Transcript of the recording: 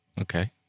Okay